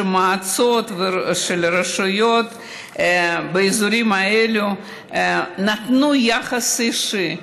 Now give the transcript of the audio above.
שמועצות ורשויות באזורים האלה נתנו יחס אישי.